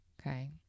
Okay